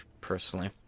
personally